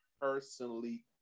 Personally